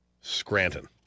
Scranton